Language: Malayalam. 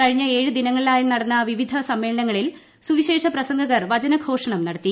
കഴിഞ്ഞ ഏഴ് ദിനങ്ങളിലായി നടന്ന വിവിധ സമ്മേളനങ്ങളിൽ സുവിശേഷ പ്രസ്സംഗകർ വചനഘോഷണം നടത്തി